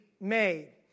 made